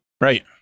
Right